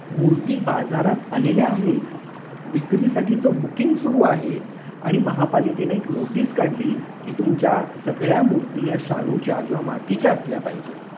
मूर्ती बाजारात आलेल्या आहेत विक्रीसाठीचं बुकिंग सुरू आहे आणि महापालिकेने एक नोटीस काढली की तुमच्या सगळ्या मूर्ती या शाडूच्या किंवा मातीच्या असल्या पाहिजेत